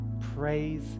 praise